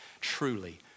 truly